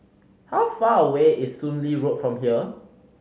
how far away is Soon Lee Road from here